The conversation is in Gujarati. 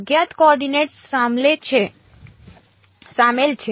અજ્ઞાત કો એફિશિયન્ટ સામેલ છે